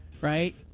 right